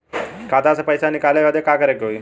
खाता से पैसा निकाले बदे का करे के होई?